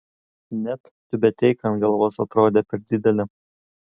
net tiubeteika ant galvos atrodė per didelė